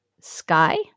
Sky